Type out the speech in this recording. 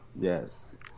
yes